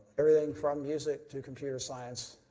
everything from music to computer science,